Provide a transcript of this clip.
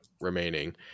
remaining